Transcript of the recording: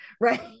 Right